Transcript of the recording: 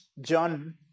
John